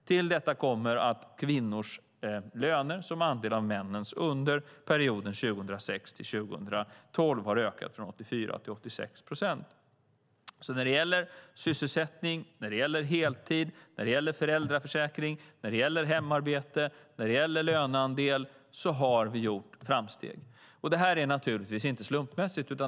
Till detta kommer att kvinnors löner som andel av männens under perioden 2006-2012 har ökat från 84 till 86 procent. När det gäller sysselsättning, heltid, föräldraförsäkring, hemarbete och löneandel har vi alltså gjort framsteg. Det är naturligtvis inte slumpmässigt.